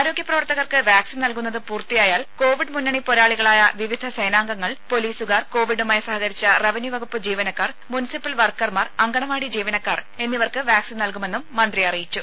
ആരോഗ്യ പ്രവർത്തകർക്ക് വാക്സിൻ നൽകുന്നത് പൂർത്തിയായാൽ കോവിഡ് മുന്നണി പോരാളികളായ വിവിധ സേനാംഗങ്ങൾ പൊലീസുകാർ കോവിഡുമായി സഹകരിച്ച റവന്യൂ വകുപ്പ് ജീവനക്കാർ മുൻസിപ്പൽ വർക്കർമാർ അംഗനവാടി ജീവനക്കാർ എന്നിവർക്ക് വാക്സിൻ നൽകുമെന്നും മന്ത്രി അറിയിച്ചു